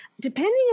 depending